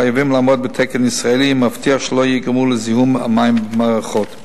חייבים לעמוד בתקן ישראלי המבטיח שלא יגרמו לזיהום המים במערכות.